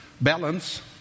Balance